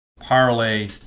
Parlay